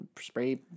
spray